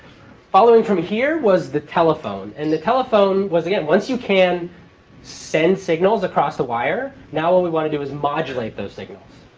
following from here was the telephone. and the telephone was, again, once you can send signals across a wire, now what we want to do is modulate those signals.